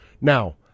Now